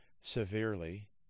severely